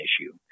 issue